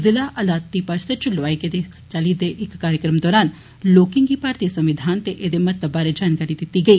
जिला अदालती परिसर च लोआए गेदे इस चाल्ली दे इक कार्यक्रम दौरान लोकें गी भारती संविधान ते एहदे महत्व बारै जानकारी दित्ती गेई